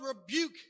rebuke